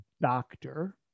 doctor